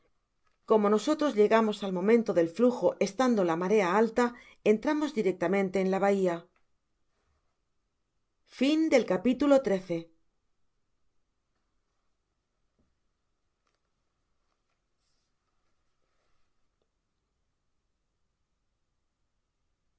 como nosotros llegamos al momento del flujo estando la marea alta entramos directamente en la bahia